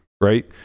right